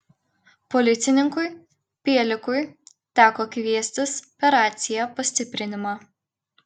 policininkui pielikiui teko kviestis per raciją pastiprinimą